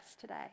today